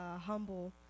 humble